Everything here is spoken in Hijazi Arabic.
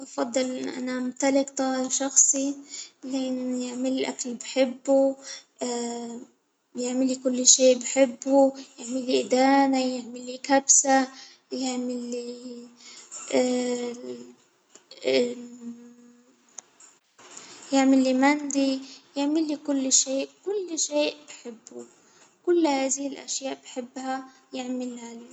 نفضل نمتلك شخصي من الأكل اللي بحبه يعمل لي كل شيء بحبه ، يعمل لي إدانة ، يعمل لي كبسة يعمل لي يعمل لي مندي، يعمل لي كل شيء، كل شيء بحبه، كل هذه الأشياء بحبها يعمل اللي عليها.